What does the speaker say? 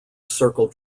circle